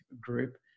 group